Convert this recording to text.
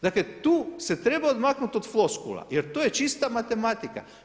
Dakle, tu se treba odmaknuti od floskula, jer to je čista matematika.